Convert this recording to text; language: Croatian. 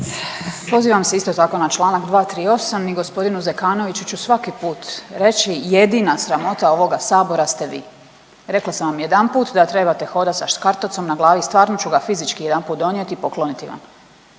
Pozivam se isto tako na čl. 238. i g. Zekanoviću ću svaki put reći jedina sramota ovog Sabora ste vi, rekla sam vam jedanput da trebate hodat sa škartocom na glavi i stvarno ću ga fizički jedanput donijeti i pokloniti vam.